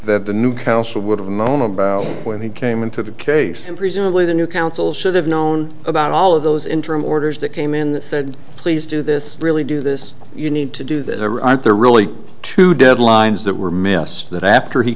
that the new council would have known about when he came into the case and presumably the new council should have known about all of those interim orders that came in that said please do this really do this you need to do this there are really two deadlines that were missed that after he